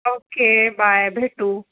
okay bye भेटू